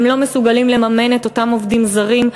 הם לא מסוגלים לממן את אותם עובדים זרים,